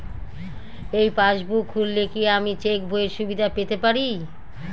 এই পাসবুক খুললে কি আমি চেকবইয়ের সুবিধা পেতে পারি?